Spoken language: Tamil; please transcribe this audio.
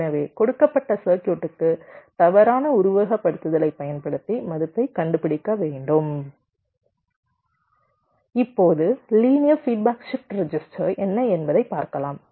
எனவே கொடுக்கப்பட்ட சர்க்யூட்டுக்கு தவறான உருவகப்படுத்துதலைப் பயன்படுத்தி மதிப்பைக் கண்டுபிடிக்க வேண்டும் இப்போது லீனியர் ஃபீட்பேக் ஷிப்ட் ரெஜிஸ்டர் என்ன என்பதை பார்க்கலாம்